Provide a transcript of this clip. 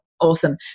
Awesome